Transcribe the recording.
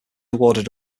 awarded